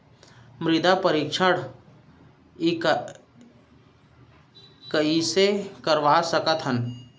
मृदा परीक्षण कइसे करवा सकत हन?